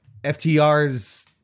FTR's